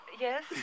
Yes